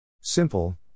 Simple